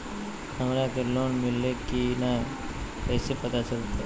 हमरा के लोन मिल्ले की न कैसे पता चलते?